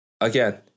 Again